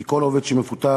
כי כל עובד שמפוטר,